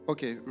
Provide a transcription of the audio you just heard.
Okay